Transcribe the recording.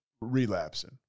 relapsing